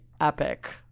epic